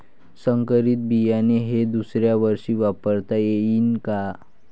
संकरीत बियाणे हे दुसऱ्यावर्षी वापरता येईन का?